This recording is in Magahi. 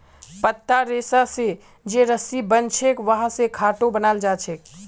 पत्तार रेशा स जे रस्सी बनछेक वहा स खाटो बनाल जाछेक